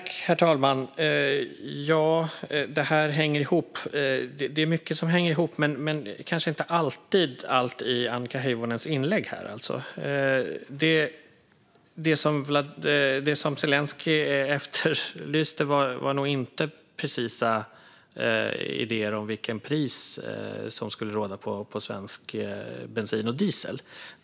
Herr talman! Det är mycket som hänger ihop, men det gör kanske inte alltid allt i Annika Hirvonens inlägg. Det Zelenskyj efterlyste var nog inte precisa idéer om vilket pris som skulle råda på svensk bensin och diesel.